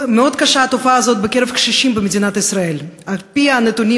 בקרב קשישים במדינת ישראל התופעה הזאת מאוד קשה: על-פי הנתונים